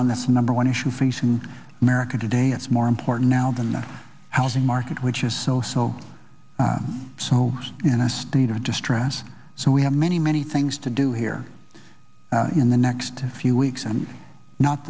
on that's number one issue facing america today it's more important now than the housing market which is so so so in a state or distress so we have many many things to do here in the next few weeks and not